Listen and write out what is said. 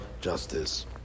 justice